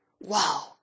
Wow